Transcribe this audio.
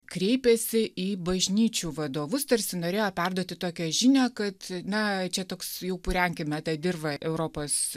kreipėsi į bažnyčių vadovus tarsi norėjo perduoti tokią žinią kad na čia toks jau purenkime tą dirvą europos